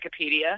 Wikipedia